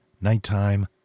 Nighttime